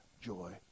joy